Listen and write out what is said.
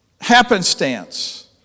happenstance